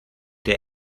der